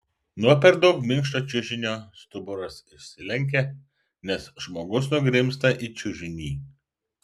nuo per daug minkšto čiužinio stuburas išsilenkia nes žmogus nugrimzta į čiužinį